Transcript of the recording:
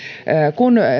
kun